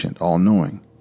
all-knowing